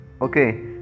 okay